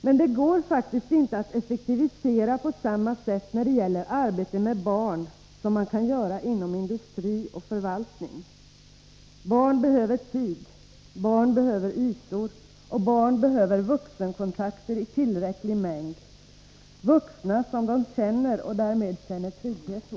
Men det går faktiskt inte att effektivisera på samma sätt när det gäller arbete med barn som man kan göra inom industri och förvaltning. Barn behöver tid, ytor och kontakter med vuxna i tillräcklig mängd — vuxna som de känner och därmed känner trygghet hos.